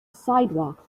sidewalk